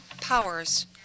powers